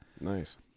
Nice